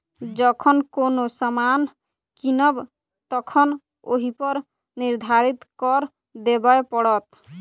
जखन कोनो सामान कीनब तखन ओहिपर निर्धारित कर देबय पड़त